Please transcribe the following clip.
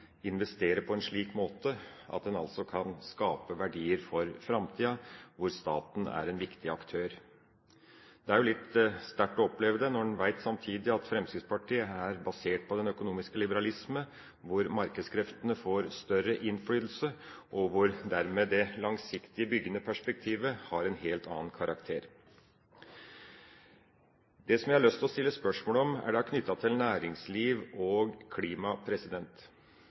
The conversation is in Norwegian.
investere på en slik måte at en kan skape verdier for framtida, hvor staten er en viktig aktør. Det er litt sterkt å oppleve det, når man samtidig veit at Fremskrittspartiet er basert på den økonomiske liberalisme, hvor markedskreftene får større innflytelse, og hvor dermed det langsiktige, byggende perspektivet har en helt annen karakter. Det jeg har lyst til å stille spørsmål om, er knyttet til næringsliv og klima.